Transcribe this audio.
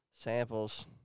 Samples